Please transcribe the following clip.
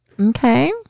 okay